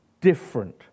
different